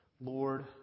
Lord